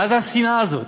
מה זו השנאה הזאת?